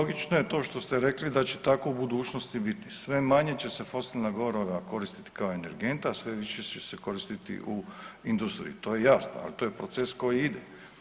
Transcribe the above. Logično je to što ste rekli da će tako u budućnosti biti, sve manje će se fosilna goriva koristiti kao energent, a sve više će se koristiti u industriji, to je jasno, ali to je proces koji ide.